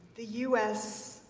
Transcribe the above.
the u s.